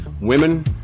women